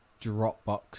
Dropbox